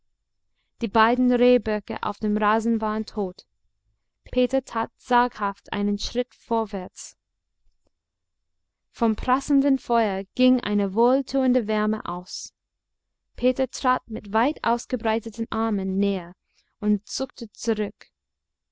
die beiden rehböcke auf dem rasen waren tot peter tat zaghaft einen schritt vorwärts vom prasselnden feuer ging eine wohltuende wärme aus peter trat mit weit ausgebreiteten armen näher und zuckte zurück